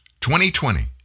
2020